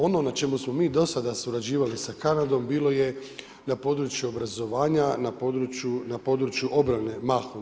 Ono na čemu smo mi do sada surađivali sa Kanadom bilo je na području obrazovanja, na području obrane mahom.